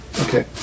Okay